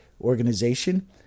organization